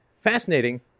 Fascinating